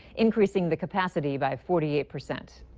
increasing the capacity by forty eight percent.